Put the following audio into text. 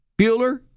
bueller